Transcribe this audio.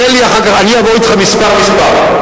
אני אעבור אתך מספר מספר.